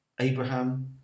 Abraham